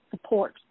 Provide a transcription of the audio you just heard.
Support